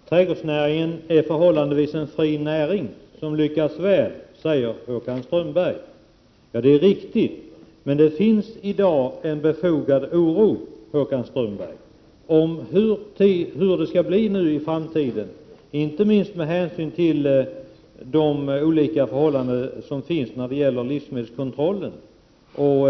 Herr talman! Trädgårdsnäringen är en förhållandevis fri näring som lyckats väl, säger Håkan Strömberg. Det är riktigt, men det finns i dag en befogad oro för hur det skall bli i framtiden, inte minst med hänsyn till de olika förhållanden som gäller i fråga om livsmedelskontrollen och